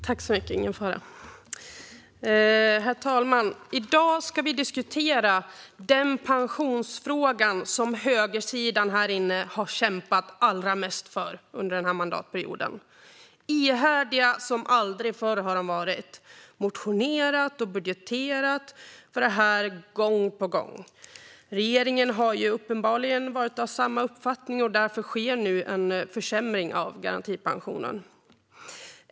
Herr talman! Nu debatterar vi den pensionsfråga som högersidan kämpat allra mest för under mandatperioden. Ihärdiga som aldrig förr har de varit och motionerat och budgeterat för det gång på gång. Regeringen har uppenbarligen samma uppfattning, och därför sker nu en försämring av garantipensionen.